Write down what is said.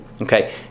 Okay